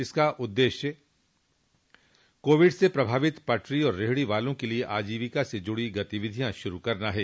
इसका उद्देश्य कोविड से प्रभावित पटरी और रेहड़ी वालों के लिए आजीविका से जुडो गतिविधियां शुरू करना है